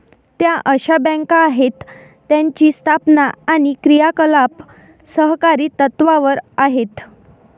त्या अशा बँका आहेत ज्यांची स्थापना आणि क्रियाकलाप सहकारी तत्त्वावर आहेत